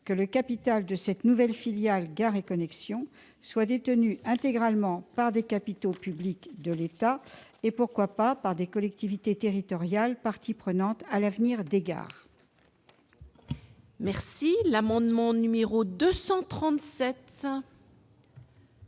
que le capital de cette nouvelle filiale soit détenu intégralement par des capitaux publics de l'État, et- pourquoi pas ?-des collectivités territoriales, parties prenantes à l'avenir des gares. L'amendement n° 237,